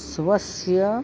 स्वस्य